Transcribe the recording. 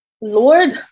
Lord